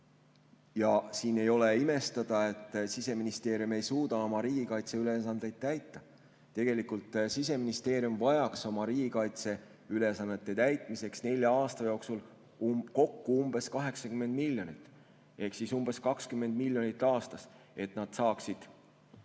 ja ei ole imestada, et Siseministeerium ei suuda oma riigikaitseülesandeid täita. Tegelikult vajaks Siseministeerium riigikaitseülesannete täitmiseks nelja aasta jooksul kokku umbes 80 miljonit ehk umbes 20 miljonit aastas, et nad saaksid